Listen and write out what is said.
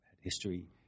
history